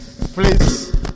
Please